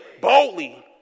Boldly